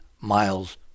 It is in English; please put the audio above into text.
miles